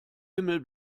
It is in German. himmel